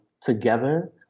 together